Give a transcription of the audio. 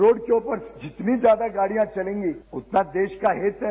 road के ऊपर जितनी ज्यादा गाडियां चलेगी उतना देश का हित है